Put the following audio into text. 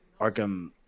Arkham